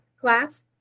class